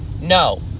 No